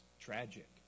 tragic